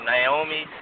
Naomi